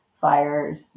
fires